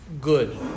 good